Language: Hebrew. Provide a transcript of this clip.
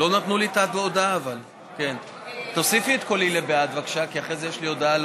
הצעת ועדת הכנסת להעביר את הצעת חוק התקשורת